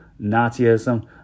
Nazism